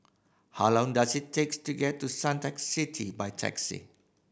how long does it takes to get to Suntec City by taxi